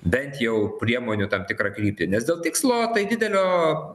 bent jau priemonių tam tikrą kryptį nes dėl tikslo tai didelio